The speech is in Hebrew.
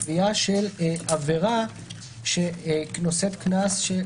זו בעצם קביעה של עבירה שנושאת קנס של,